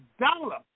dollar